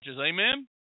Amen